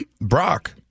Brock